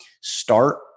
start